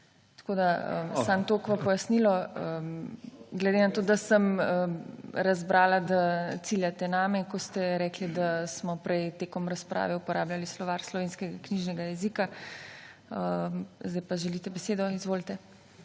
Tako samo toliko v pojasnilo, glede na to, da sem razbrala, da ciljate name, ko ste rekli, da smo prej tekom razprave uporabljali Slovar slovenskega knjižnega jezika. Zdaj pa želite besedo. Izvolite.